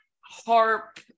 harp